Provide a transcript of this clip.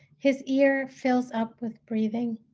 his ear fills up with breathing.